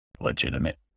legitimate